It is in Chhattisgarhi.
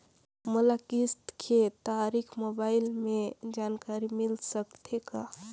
मोला किस्त के तारिक मोबाइल मे जानकारी मिल सकथे का?